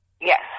Yes